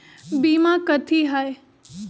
बीमा कथी है?